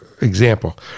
Example